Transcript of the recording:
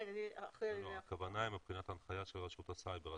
הכוונה להנחיה של רשות הסייבר.